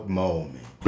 moment